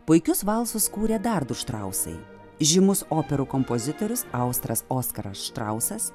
puikius valsus kūrė dar du štrausai žymus operų kompozitorius austras oskaras štrausas